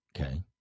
Okay